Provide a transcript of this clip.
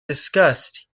discussed